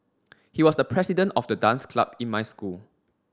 he was the president of the dance club in my school